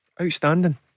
outstanding